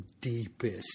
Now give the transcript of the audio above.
deepest